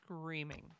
screaming